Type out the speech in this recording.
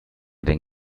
den